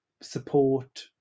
support